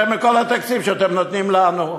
יותר מכל התקציב שאתם נותנים לנו.